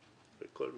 וכל מי שאתם